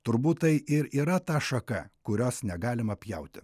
turbūt tai ir yra ta šaka kurios negalima pjauti